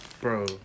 bro